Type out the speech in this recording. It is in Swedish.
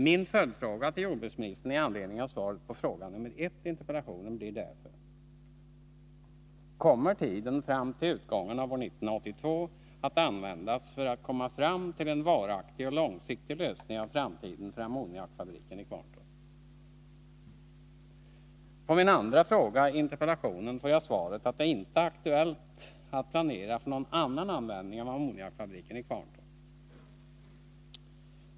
Min följdfråga till jordbruksministern i anslutning till svaret på fråga nr 1 i interpellationen blir därför: Kommer tiden fram till utgången av år 1982 att användas för att komma fram till en varaktig och långsiktig lösning av frågan om framtiden för ammoniakfabriken i Kvarntorp? På min andra fråga i interpellationen får jag svaret att det inte är aktuellt att planera för någon annan användning av ammoniakfabriken i Kvarntorp.